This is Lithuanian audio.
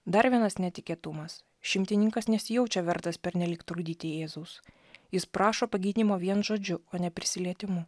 dar vienas netikėtumas šimtininkas nesijaučia vertas pernelyg trukdyti jėzaus jis prašo pagydymo vien žodžiu o ne prisilietimu